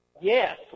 Yes